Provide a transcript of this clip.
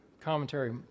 commentary